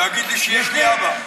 להגיד לי שיש לי אבא.